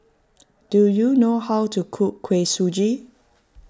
do you know how to cook Kuih Suji